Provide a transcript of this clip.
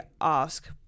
ask